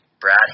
Brad